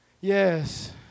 yes